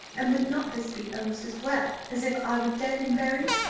and would not this be almost as well as if i were dead and buried?